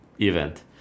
event